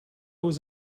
was